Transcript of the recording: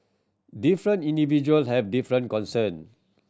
different individual have different concern